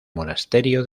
monasterio